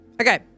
Okay